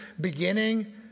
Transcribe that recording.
beginning